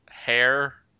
hair